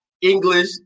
English